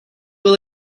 will